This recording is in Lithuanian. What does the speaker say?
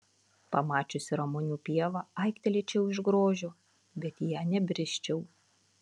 pamačiusi ramunių pievą aiktelėčiau iš grožio bet į ją nebrisčiau